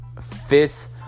fifth